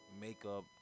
makeup